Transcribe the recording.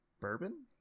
bourbon